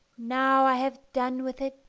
now i have done with it,